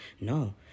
no